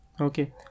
Okay